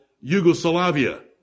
Yugoslavia